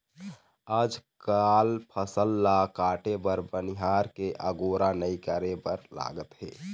आजकाल फसल ल काटे बर बनिहार के अगोरा नइ करे बर लागत हे